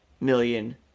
million